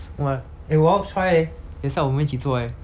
!wah! eh 我要 try leh 等一下我们一起做 leh